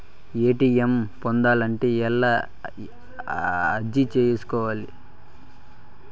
ATM పొందాలంటే ఎలా అర్జీ సేసుకోవాలి?